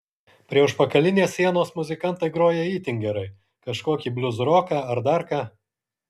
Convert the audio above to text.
prie užpakalinės sienos muzikantai groja itin gerai kažkokį bliuzroką ar dar ką